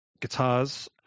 guitars